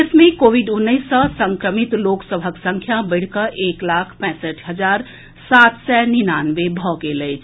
देश मे कोविड उन्नैस सँ संक्रमित लोक सभक संख्या बढ़ि कऽ एक लाख पैंसठि हजार सात सय निनानवे भऽ गेल अछि